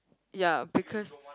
ya because